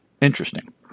interesting